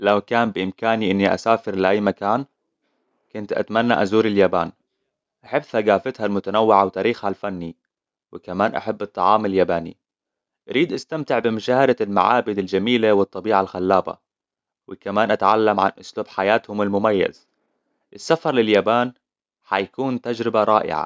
لو كان بإمكاني أني أسافر لأي مكان، كنت أتمنى أزور اليابان. أحب ثقافتها المتنوعة وتاريخها الفني، وكمان أحب الطعام الياباني. أريد أستمتع بمشاهدة المعابد الجميلة والطبيعة الخلابة، وكمان أتعلم عن اسلوب حياتهم المميز. السفر لليابان حيكون تجربة رائعة.